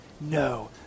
No